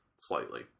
slightly